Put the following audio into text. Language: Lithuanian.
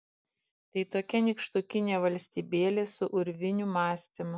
tai tokia nykštukinė valstybėlė su urvinių mąstymu